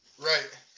Right